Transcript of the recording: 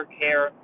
care